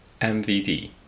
MVD